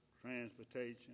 transportation